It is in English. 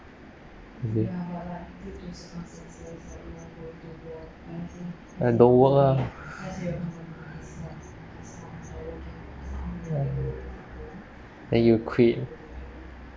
is it and don't work ah ya then you quit